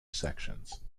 sections